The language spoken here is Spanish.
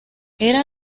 era